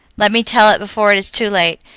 let me tell it before it is too late!